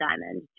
diamond